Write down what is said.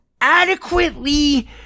adequately